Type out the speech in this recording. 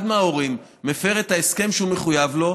מההורים מפר את ההסכם שהוא מחויב לו,